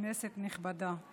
כנסת נכבדה,